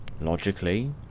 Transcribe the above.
logically